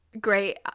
Great